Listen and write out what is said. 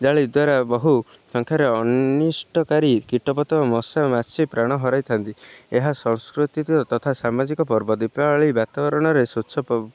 ଜାଳି ଦ୍ୱାରା ବହୁ ସଂଖାରେ ଅନିଷ୍ଟକାରୀ କୀଟପତଙ୍ଗ ମଶା ମାଛି ପ୍ରାଣ ହରାଇଥାନ୍ତି ଏହା ସାଂସ୍କୃତିକ ତଥା ସାମାଜିକ ପର୍ବ ଦୀପାବଳି ବାତାବରଣରେ ସ୍ୱଚ୍ଛ